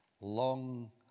long